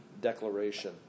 declaration